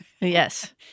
Yes